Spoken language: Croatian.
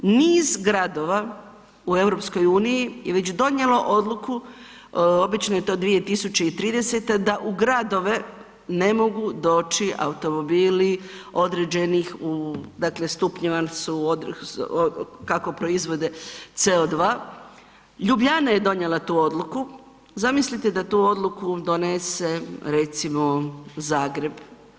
Niz gradova u EU-u je već donijelo odluku, obično je to 2030. da u gradove ne mogu doći automobili određenih dakle stupnjeva su kako proizvode CO2, Ljubljana je donijela tu odluku, zamislite da tu odluku donese recimo Zagreb.